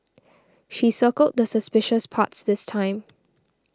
she circled the suspicious parts this time